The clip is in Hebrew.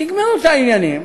תגמרו את העניינים,